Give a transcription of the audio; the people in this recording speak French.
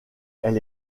elle